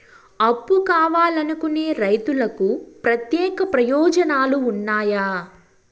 అప్పు కావాలనుకునే రైతులకు ప్రత్యేక ప్రయోజనాలు ఉన్నాయా?